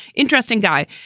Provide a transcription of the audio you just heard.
interesting guy.